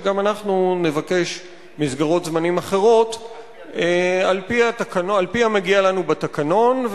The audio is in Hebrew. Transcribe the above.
וגם אנחנו נבקש מסגרות זמנים אחרות על-פי המגיע לנו בתקנון,